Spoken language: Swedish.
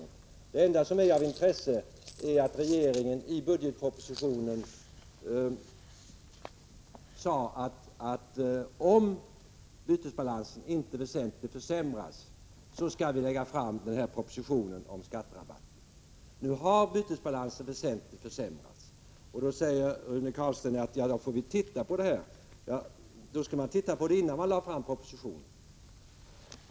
Det enda som är av intresse är att regeringen i budgetpropositionen förklarade att man, om bytesbalansen inte väsentligt försämrades, skulle lägga fram en proposition om skatterabatt. Bytesbalansen har väsentligt försämrats, och då säger Rune Carlstein: Ja, vi får titta på det här. — Man skulle naturligtvis från regeringen sida ha tittat på detta, innan man lade fram propositionen.